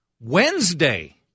Wednesday